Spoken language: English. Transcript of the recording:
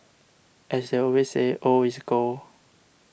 as they always say old is gold